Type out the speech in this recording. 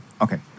Okay